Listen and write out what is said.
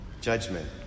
judgment